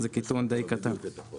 זה קיטון די קטן.